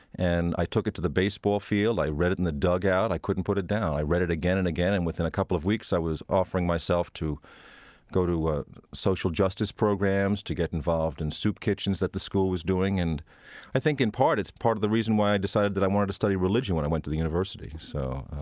and i took it to the baseball field i read it in the dugout. i couldn't put it down. i read it again and again, and within a couple of weeks, i was offering myself to go to ah social justice programs, to get involved in soup kitchens that the school was doing, and i think, in part, it's part of the reason why i i decided that i wanted to study religion when i went to the university so,